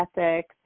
ethics